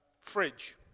Fridge